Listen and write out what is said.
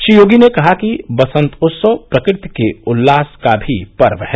श्री योगी ने कहा कि बसन्तोत्सव प्रकृति के उल्लास का भी पर्व है